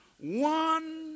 One